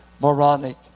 Moronic